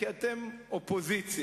כי אתם אופוזיציה,